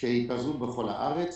שהתפזרו בכל הארץ.